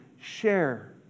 Share